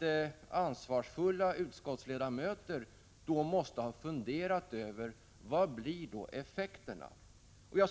mig att ansvarsfulla utskottsledamöter måste ha funderat över vad effekterna blir.